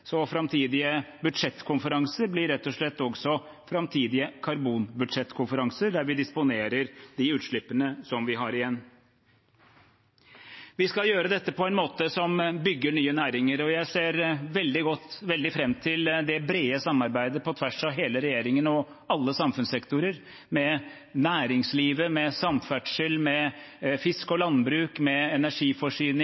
så framtidige budsjettkonferanser blir rett og slett også framtidige karbonbudsjettkonferanser, der vi disponerer de utslippene vi har igjen. Vi skal gjøre dette på en måte som bygger nye næringer. Jeg ser veldig fram til det brede samarbeidet på tvers av hele regjeringen og alle samfunnssektorer, med næringslivet, med samferdsel, med